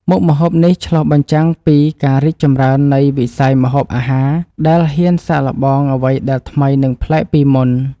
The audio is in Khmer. មុខម្ហូបនេះឆ្លុះបញ្ចាំងពីការរីកចម្រើននៃវិស័យម្ហូបអាហារដែលហ៊ានសាកល្បងអ្វីដែលថ្មីនិងប្លែកពីមុន។